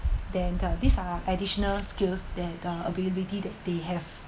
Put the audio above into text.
then uh these are additional skills that uh ability that they have